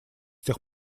тех